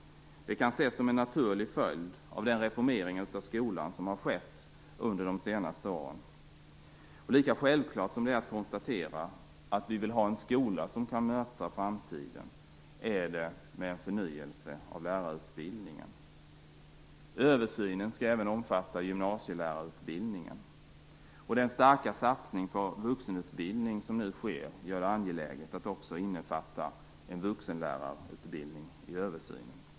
Det kan ses som en naturlig följd av den reformering av skolan som har skett under de senaste åren. Lika självklart som det är att konstatera att vi vill ha en skola som kan möta framtiden är det med en förnyelse av lärarutbildningen. Översynen skall även omfatta gymnasielärarutbildningen. Den starka satsning på vuxenutbildning som nu sker gör det angeläget att också innefatta en vuxenlärarutbildning i översynen.